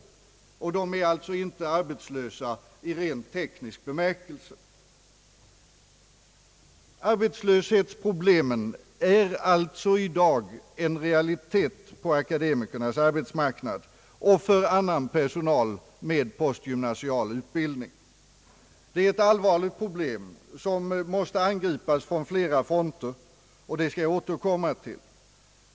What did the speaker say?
De är alltså inte arbetslösa i rent teknisk bemärkelse. Arbetslöshetsproblemen är i dag en realitet på akademikernas arbetsmarknad och för annan personal med postgymnasial utbildning. Det är ett allvarligt problem som måste angripas från flera fronter, och det skall jag återkomma till.